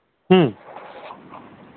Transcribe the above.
ᱦᱩᱸ